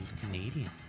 Canadian